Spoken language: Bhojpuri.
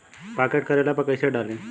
पॉकेट करेला पर कैसे डाली?